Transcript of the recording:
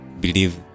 believe